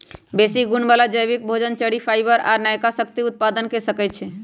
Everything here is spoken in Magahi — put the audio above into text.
बेशी गुण बला जैबिक भोजन, चरि, फाइबर आ नयका शक्ति उत्पादन क सकै छइ